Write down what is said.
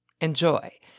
Enjoy